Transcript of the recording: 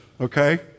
Okay